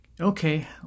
Okay